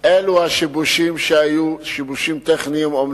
אלה השיבושים שהיו, אומנם שיבושים טכניים,